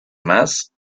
más